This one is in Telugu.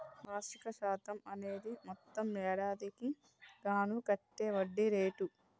వార్షిక శాతం అనేది మొత్తం ఏడాదికి గాను కట్టే వడ్డీ రేటు